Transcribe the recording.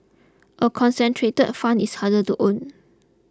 a concentrated fund is harder to own